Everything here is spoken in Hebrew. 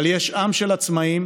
אבל יש עם של עצמאים,